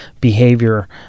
behavior